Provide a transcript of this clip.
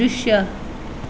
दृश्य